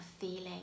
feeling